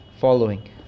following